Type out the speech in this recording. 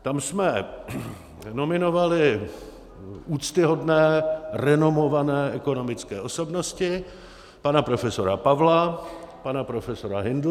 Tam jsme nominovali úctyhodné renomované ekonomické osobnosti pana profesora Pavla, pana profesora Hindlse.